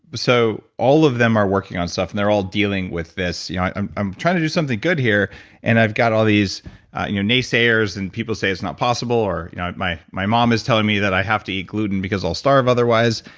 but so all of them are working on stuff and they're all dealing with this, yeah i'm i'm trying to do something good here and i've got all these you know naysayers and people say it's not possible or you know my my mom is telling me that i have to eat gluten because i'll starve otherwise.